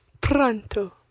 pronto